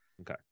okay